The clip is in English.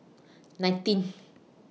nineteen